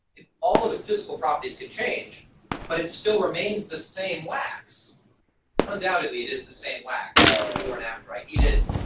if all of its physical properties can change but it still remains the same wax, and undoubtedly it is the same wax before and after i heat it,